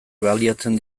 baliatzen